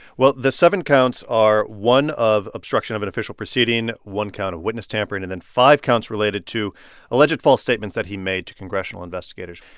well the seven counts are one of obstruction of an official proceeding, one count of witness tampering and then five counts related to alleged false statements that he made to congressional investigators.